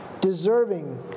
deserving